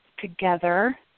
together